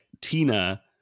Tina